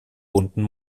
bunten